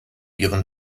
ihren